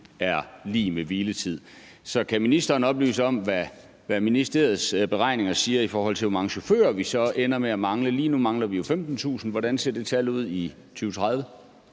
er lig med hviletid. Så kan ministeren oplyse os om, hvad ministeriets beregninger siger, i forhold til hvor mange chauffører vi så ender med at mangle? Lige nu mangler vi jo 15.000 chauffører – hvordan ser det tal ud i 2030?